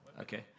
Okay